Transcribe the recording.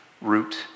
root